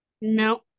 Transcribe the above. No